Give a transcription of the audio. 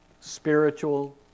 spiritual